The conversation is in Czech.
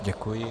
Děkuji.